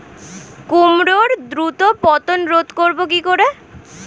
কুমড়োর দ্রুত পতন রোধ করব কি করে?